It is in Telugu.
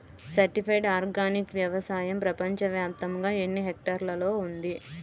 సర్టిఫైడ్ ఆర్గానిక్ వ్యవసాయం ప్రపంచ వ్యాప్తముగా ఎన్నిహెక్టర్లలో ఉంది?